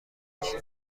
نیست